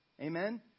amen